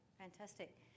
fantastic